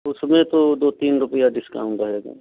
उसमें तो दो तीन रुपये डिस्काउंट आएगा